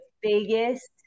biggest